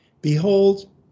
Behold